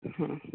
ହଁ